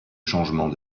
changement